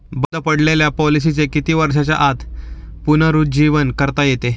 बंद पडलेल्या पॉलिसीचे किती वर्षांच्या आत पुनरुज्जीवन करता येते?